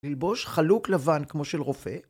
‫ללבוש חלוק לבן כמו של רופא.